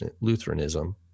lutheranism